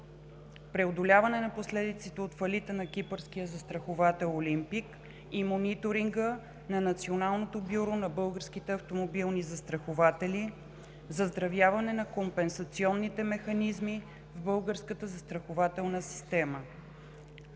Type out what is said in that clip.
преодоляване на последиците от фалита на кипърския застраховател „Олимпик“ и мониторинга на Националното бюро на българските автомобилни застрахователи, заздравяване на компенсационните механизми в българската застрахователна система;